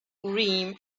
urim